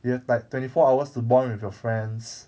you have like twenty four hours to bond with your friends